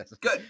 good